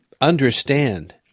understand